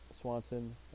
Swanson